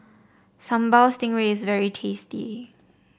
Sambal Stingray is very tasty